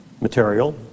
material